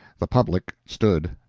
the public stood.